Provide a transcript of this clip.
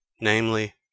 namely